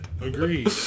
Agreed